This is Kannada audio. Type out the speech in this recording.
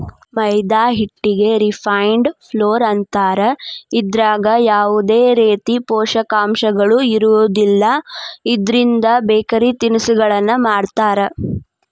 ಮೈದಾ ಹಿಟ್ಟಿಗೆ ರಿಫೈನ್ಡ್ ಫ್ಲೋರ್ ಅಂತಾರ, ಇದ್ರಾಗ ಯಾವದೇ ರೇತಿ ಪೋಷಕಾಂಶಗಳು ಇರೋದಿಲ್ಲ, ಇದ್ರಿಂದ ಬೇಕರಿ ತಿನಿಸಗಳನ್ನ ಮಾಡ್ತಾರ